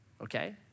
Okay